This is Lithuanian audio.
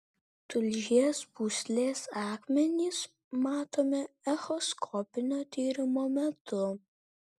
tulžies pūslės akmenys matomi echoskopinio tyrimo metu